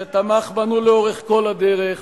אשר תמך בנו לאורך כל הדרך,